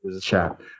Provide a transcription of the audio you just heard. Chat